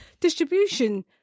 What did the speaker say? distribution